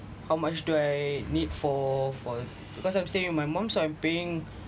how much do I need for for because I'm staying with my mum so I'm paying